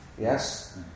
yes